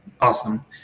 awesome